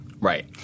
Right